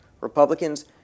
Republicans